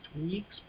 week's